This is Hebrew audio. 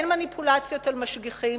ואין מניפולציות על משגיחים.